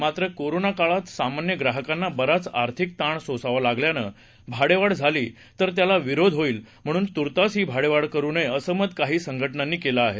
मात्र कोरोना काळात सामान्य ग्राहकांना बराच आर्थिक ताण सोसावा लागल्यानं भाडेवाढ झाली तर त्याला विरोध होईल म्हणून तुर्तास ही भाडेवाढ करू नये असं मत काही संघटनांनी केलं आहे